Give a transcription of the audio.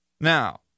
Now